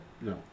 No